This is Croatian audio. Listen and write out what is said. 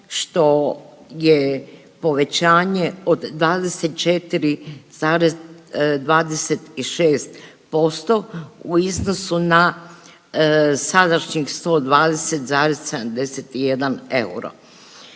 što je povećanje od 24,26% u iznosu na sadašnjih 120,71 euro.